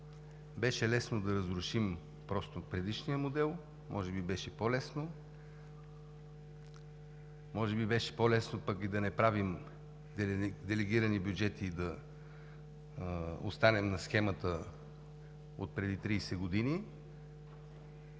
Беше лесно да разрушим предишния модел. Може би беше по-лесно. Може би беше по-лесно пък и да не правим делегирани бюджети и да останем на схемата отпреди 30 години,